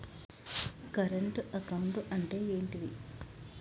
Current account అంటే ఏంటిది?